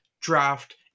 draft